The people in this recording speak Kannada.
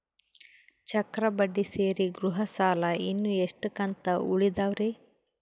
ಚಕ್ರ ಬಡ್ಡಿ ಸೇರಿ ಗೃಹ ಸಾಲ ಇನ್ನು ಎಷ್ಟ ಕಂತ ಉಳಿದಾವರಿ?